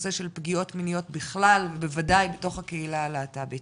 הנושא של פגיעות מיניות בכלל ובודאי בתוך הקהילה הלהט"בית